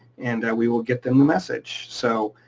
and we will give them the message. so